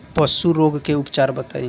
पशु रोग के उपचार बताई?